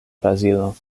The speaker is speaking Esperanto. brazilo